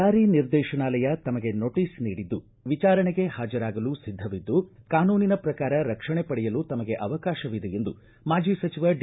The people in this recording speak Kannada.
ಜಾರಿ ನಿರ್ದೇಶನಾಲಯ ತಮಗೆ ನೋಟಿಸ್ ನೀಡಿದ್ದು ವಿಚಾರಣೆಗೆ ಪಾಜರಾಗಲು ಸಿದ್ದವಿದ್ದು ಕಾನೂನಿನ ಪ್ರಕಾರ ರಕ್ಷಣೆ ಪಡೆಯಲು ತಮಗೆ ಅವಕಾಶವಿದೆ ಎಂದು ಮಾಜಿ ಸಚಿವ ಡಿ